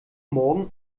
morgen